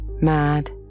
mad